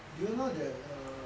do you know that err